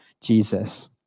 Jesus